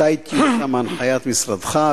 מתי תיושם הנחיית משרדך?